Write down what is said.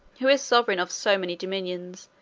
who is sovereign of so-many dominions,